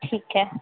ठीक है